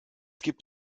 gibt